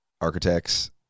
architects